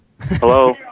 Hello